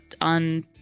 on